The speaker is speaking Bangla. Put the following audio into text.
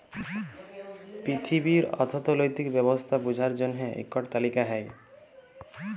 পিথিবীর অথ্থলৈতিক ব্যবস্থা বুঝার জ্যনহে ইকট তালিকা হ্যয়